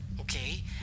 Okay